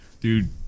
dude